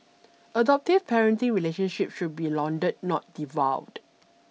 adoptive parenting relationship should be lauded not devalued